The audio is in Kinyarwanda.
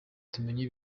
tumenye